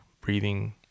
breathing